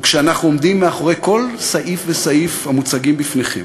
וכשאנחנו עומדים מאחורי כל סעיף וסעיף המוצגים בפניכם.